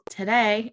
today